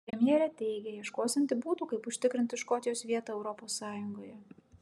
premjerė teigia ieškosianti būdų kaip užtikrinti škotijos vietą europos sąjungoje